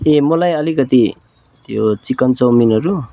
ए मलाई अलिकति त्यो चिकन चाउमिनहरू